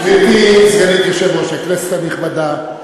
גברתי סגנית יושב-ראש הכנסת הנכבדה,